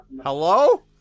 Hello